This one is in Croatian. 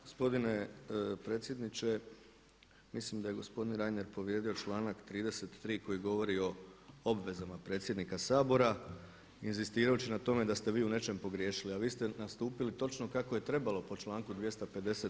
Gospodine predsjedniče, mislim da je gospodin Reiner povrijedio članak 33. koji govori o obvezama predsjednika Sabora inzistirajući na tome da ste vi u nečem pogriješili, a vi ste nastupili točno kako je trebalo po članku 250.